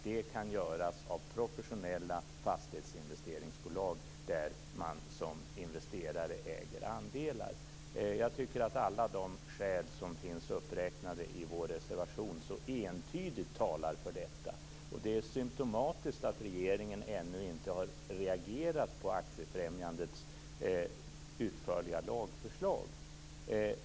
Det kan göras av professionella fastighetsinvesteringsbolag där man som investerare äger andelar. Alla de skäl som finns uppräknade i vår reservation talar entydigt för detta. Det är symtomatiskt att regeringen ännu inte har reagerat på Aktiefrämjandets utförliga lagförslag.